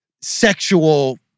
Sexual